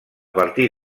partir